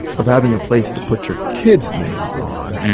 of having a place to put your kids' names on,